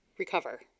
Recover